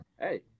hey